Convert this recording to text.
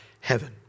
heaven